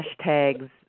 hashtags